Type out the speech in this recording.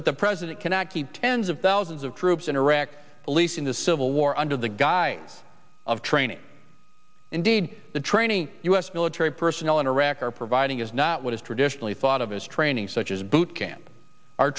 that the president cannot keep tens of thousands of troops in iraq policing the civil war under the guise of training indeed the training u s military personnel in iraq are providing is not what is traditionally thought of as training such as boot camp our